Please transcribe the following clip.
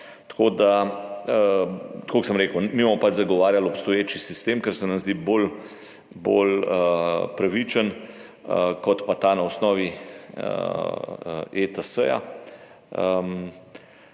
Tako kot sem rekel, mi bomo pač zagovarjali obstoječi sistem, ker se nam zdi bolj pravičen kot pa ta na osnovi ETS.